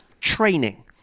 training